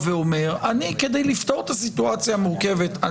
כדי לפתור את הסיטואציה המורכבת,